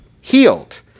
healed